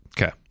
Okay